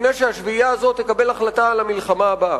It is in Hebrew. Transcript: לפני שהשביעייה הזאת תקבל החלטה על המלחמה הבאה.